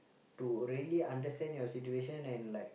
to really understand your situation and like